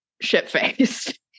shit-faced